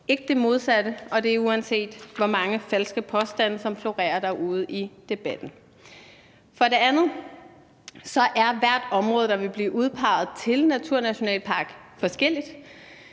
ikke det modsatte, og det er, uanset hvor mange falske påstande som florerer derude i debatten. For det andet er hvert område, der vil blive udpeget til naturnationalpark, forskelligt,